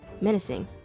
menacing